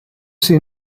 see